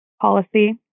policy